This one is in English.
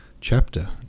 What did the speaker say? chapter